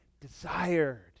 desired